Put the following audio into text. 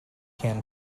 can